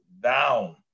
down